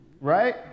right